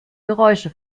geräusche